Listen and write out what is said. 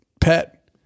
pet